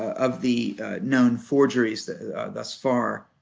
of the known forgeries thus far